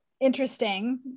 interesting